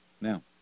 Now